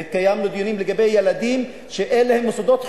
וקיימנו דיונים לגבי ילדים שאין להם מוסדות חינוך.